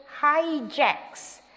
hijacks